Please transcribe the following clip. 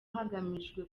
hagamijwe